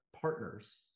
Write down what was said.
partners